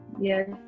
Yes